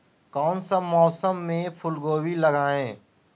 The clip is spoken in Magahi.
कौन सा मौसम में फूलगोभी लगाए?